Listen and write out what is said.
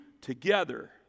together